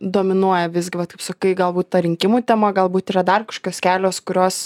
dominuoja visgi vat kaip sakai galbūt ta rinkimų tema galbūt yra dar kažkokios kelios kurios